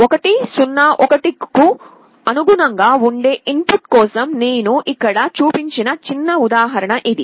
1 0 1 కు అనుగుణంగా ఉండే ఇన్ పుట్ కోసం నేను ఇక్కడ చూపించిన చిన్న ఉదాహరణ ఇది